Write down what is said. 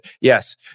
yes